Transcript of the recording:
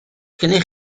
gennych